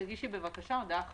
תגישי בבקשה הודעה חדשה.